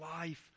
life